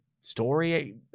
story